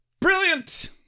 Brilliant